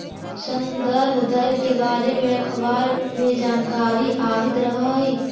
संदर्भ दर के बारे में अखबार में जानकारी आवित रह हइ